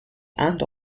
and